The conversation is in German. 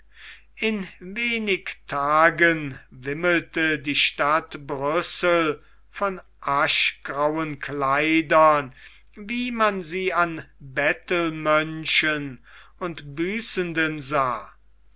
in wenig tagen wimmelte die stadt brüssel von aschgrauen kleidern wie man sie an bettelmönchen und büßenden sah